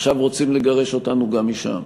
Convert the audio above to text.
עכשיו רוצים לגרש אותנו גם משם.